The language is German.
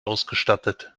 ausgestattet